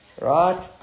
right